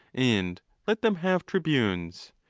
and let them have tri bunes.